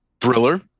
thriller